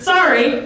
Sorry